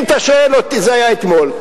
זה היה אתמול.